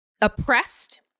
oppressed